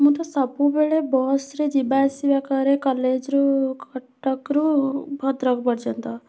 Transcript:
ମୁଁ ତ ସବୁବେଳେ ବସ୍ରେ ଯିବା ଆସିବା କରେ କଲେଜ୍ରୁ କଟକରୁ ଭଦ୍ରକ ପର୍ଯ୍ୟନ୍ତ